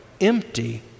empty